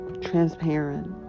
transparent